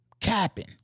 capping